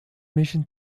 mission